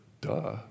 Duh